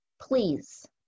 please